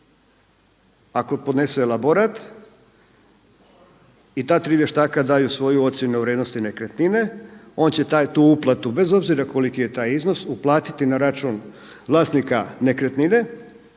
ako podnese elaborat i ta tri vještaka daju svoju ocjenu u vrijednosti nekretnine, on će tu uplatu bez obzira koliki je taj iznos uplatiti na račun vlasnika nekretnine